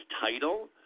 title